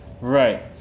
Right